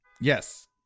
Yes